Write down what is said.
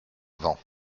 vent